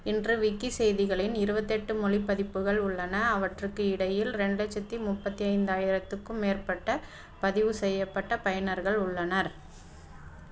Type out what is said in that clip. இன்று விக்கி செய்திகளின் இருபத்தி எட்டு மொழி பதிப்புகள் உள்ளன அவற்றுக்கு இடையில் ரெண்டு லட்சத்தி முப்பத்தி ஐந்தாயிரத்துக்கும் மேற்பட்ட பதிவு செய்யப்பட்ட பயனர்கள் உள்ளனர்